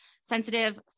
sensitive